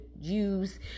use